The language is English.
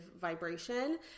vibration